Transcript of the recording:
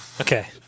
Okay